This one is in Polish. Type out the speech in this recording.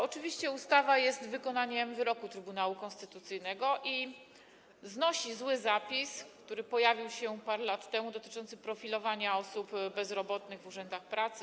Oczywiście ustawa jest wykonaniem wyroku Trybunału Konstytucyjnego i znosi zły zapis, który pojawił się parę lat temu, dotyczący profilowania osób bezrobotnych w urzędach pracy.